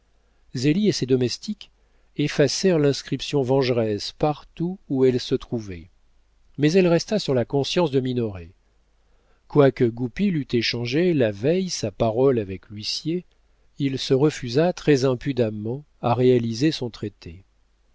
et ses domestiques effacèrent l'inscription vengeresse partout où elle se trouvait mais elle resta sur la conscience de minoret quoique goupil eût échangé la veille sa parole avec l'huissier il se refusa très impudemment à réaliser son traité